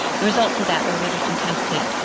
the results of that were really fantastic.